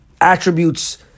attributes